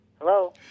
Hello